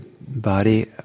body